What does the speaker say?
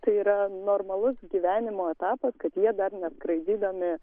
tai yra normalus gyvenimo etapas kad jie dar neskraidydami